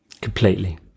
completely